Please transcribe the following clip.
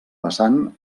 vessant